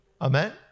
Amen